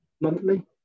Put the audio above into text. Monthly